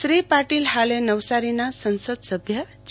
શ્રી પાટીલ હાલે નવસારીના સંસદ સભ્ય છે